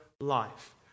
life